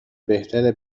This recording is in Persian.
بهتره